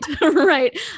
Right